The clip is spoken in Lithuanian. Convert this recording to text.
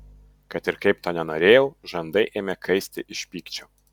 kad ir kaip to nenorėjau žandai ėmė kaisti iš pykčio